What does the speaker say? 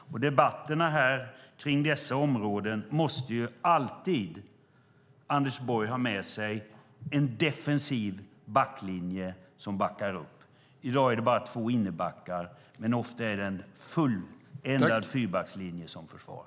I debatterna om dessa områden måste Anders Borg alltid ha med sig en defensiv backlinje som backar upp. I dag är det bara två innebackar, men ofta är det en fulländad fyrbackslinje som försvar.